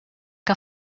que